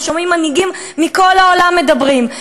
הם שומעים מנהיגים מכל העולם מדברים,